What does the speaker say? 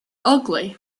ugly